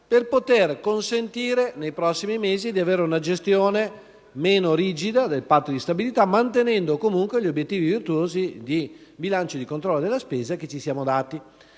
per consentire nei prossimi mesi una gestione meno rigida del Patto di stabilità, mantenendo comunque gli obiettivi virtuosi di bilancio e di controllo della spesa che ci siamo dati.